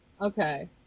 Okay